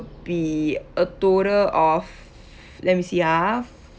be a total of let me see ah